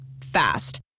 Fast